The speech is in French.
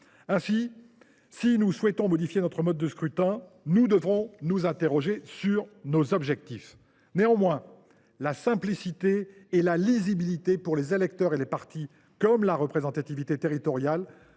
lors que nous souhaitons modifier le mode de scrutin, nous devrons nous interroger sur nos objectifs. Néanmoins, la simplicité et la lisibilité pour les électeurs et les partis, comme la représentativité territoriale,